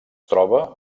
troba